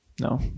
No